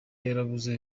yarabuze